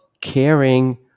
caring